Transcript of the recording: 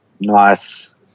nice